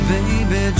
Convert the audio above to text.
Baby